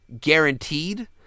guaranteed